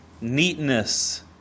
neatness